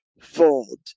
Fold